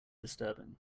disturbing